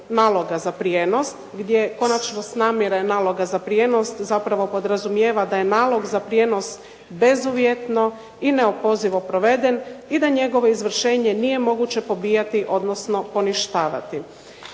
naloga za prijenos gdje konačno s namire naloga za prijenos zapravo podrazumijeva da je nalog za prijenos bezuvjetno i neopozivo proveden i da njegovo izvršenje nije moguće pobijati odnosno poništavati.